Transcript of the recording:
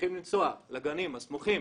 שצריכים לנסוע לגנים הסמוכים